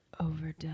overdone